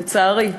לצערי,